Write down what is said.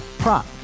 prop